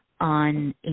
on